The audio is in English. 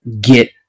get